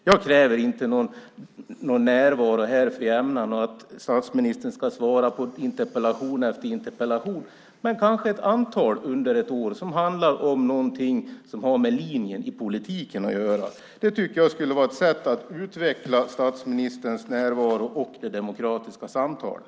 Jag kräver inte någon närvaro här för jämnan eller att statsministern ska svara på interpellation efter interpellation. Men statsministern kanske kunde svara på ett antal under ett år som handlar om någonting som har med linjen i politiken att göra. Det tycker jag skulle vara ett sätt att utveckla statsministerns närvaro och det demokratiska samtalet.